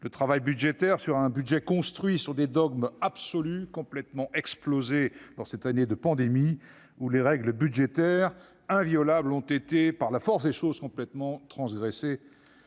le travail budgétaire, portant sur un budget construit sur des dogmes absolus, complètement explosés en cette année de pandémie où les règles budgétaires, inviolables, ont été par la force des choses complètement transgressées.